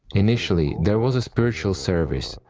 initially, there was a spiritual service,